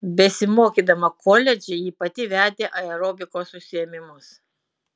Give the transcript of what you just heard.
besimokydama koledže ji pati vedė aerobikos užsiėmimus